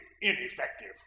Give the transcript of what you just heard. ineffective